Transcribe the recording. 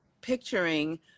picturing